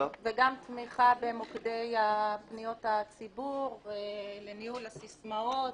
וגם תמיכה במוקדי פניות הציבור לניהול הסיסמאות,